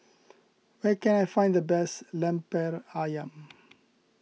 where can I find the best Lemper Ayam